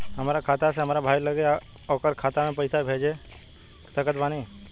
हमार खाता से हमार भाई लगे ओकर खाता मे पईसा कईसे भेज सकत बानी?